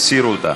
הסירו אותה.